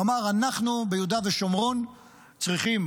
הוא אמר: אנחנו ביהודה ושומרון צריכים,